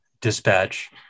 dispatch